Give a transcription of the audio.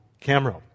camera